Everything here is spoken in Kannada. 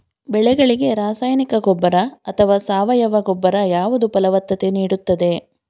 ಬೆಳೆಗಳಿಗೆ ರಾಸಾಯನಿಕ ಗೊಬ್ಬರ ಅಥವಾ ಸಾವಯವ ಗೊಬ್ಬರ ಯಾವುದು ಫಲವತ್ತತೆ ನೀಡುತ್ತದೆ?